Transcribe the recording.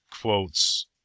quotes